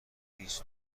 نیست